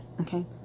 Okay